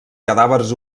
cadàvers